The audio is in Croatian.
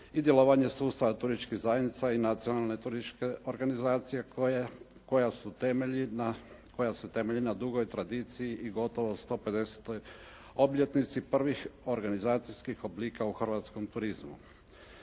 i djelovanje sustava turističkih zajednica i nacionalne turističke organizacije koja se temelji na dugoj tradiciji i gotovo 150-toj obljetnici prvih organizacijskih oblika u hrvatskom turizmu.